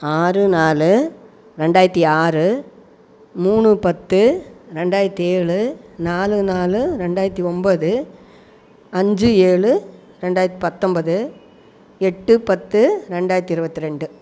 ஆறு நாலு ரெண்டாயிரத்து ஆறு மூணு பத்து ரெண்டாயிரத்து ஏழு நாலு நாலு ரெண்டாயிரத்து ஒம்பது அஞ்சு ஏழு ரெண்டாயிரத்து பத்தொம்போது எட்டு பத்து ரெண்டாயிரத்து இருபத்ரெண்டு